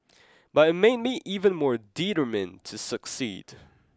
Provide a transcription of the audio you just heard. but it made me even more determined to succeed